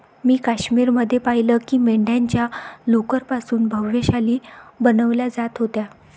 मी काश्मीर मध्ये पाहिलं की मेंढ्यांच्या लोकर पासून भव्य शाली बनवल्या जात होत्या